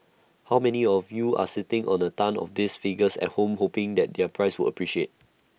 how many of you are sitting on A tonne of these figures at home hoping the their prices would appreciate